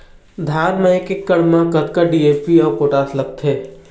धान म एक एकड़ म कतका डी.ए.पी अऊ पोटास लगथे?